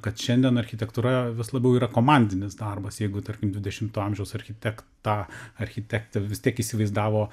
kad šiandien architektūra vis labiau yra komandinis darbas jeigu tarkim dvidešimto amžiaus architektą architektą vis tiek įsivaizdavo